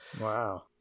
wow